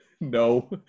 No